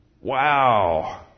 Wow